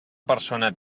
persona